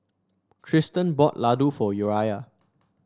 Triston bought Ladoo for Uriah